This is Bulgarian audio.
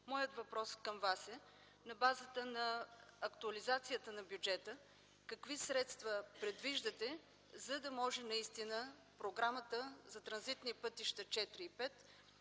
Моят въпрос към Вас е: на базата на актуализацията на бюджета, какви средства предвиждате, за да може Програмата за транзитни пътища ІV и V